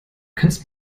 kannst